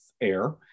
air